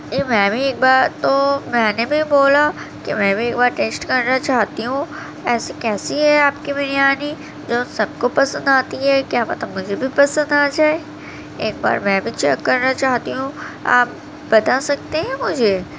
کہ میں بھی اک بار تو میں نے بھی بولا کہ میں بھی ایک بار ٹیسٹ کرنا چاہتی ہوں ایسی کیسی ہے آپ کی بریانی جو سب کو پسند آتی ہے کیا پتہ مجھے بھی پسند آ جائے ایک بار میں بھی چیک کرنا چاہتی ہوں آپ بتا سکتے ہیں مجھے